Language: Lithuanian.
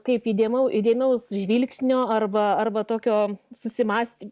kaip įdėmau įdėmiaus žvilgsnio arba arba tokio susimąsty